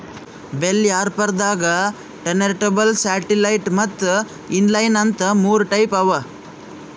bell wrapper ದಾಗಾ turntable satellite ಮತ್ತ್ inline ಅಂತ್ ಮೂರ್ ಟೈಪ್ ಅವಾ